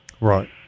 Right